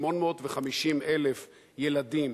850,000 ילדים.